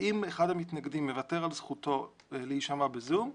אם אחד המתנגדים מוותר על זכותו להישמע ב"זום",